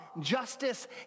justice